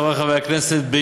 חברי הכנסת הנכבדים,